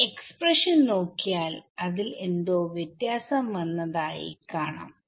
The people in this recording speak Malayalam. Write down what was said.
ഈ എക്സ്പ്രഷൻ നോക്കിയാൽ അതിൽ എന്തോ വ്യത്യാസം വന്നതായി കാണാം